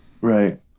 Right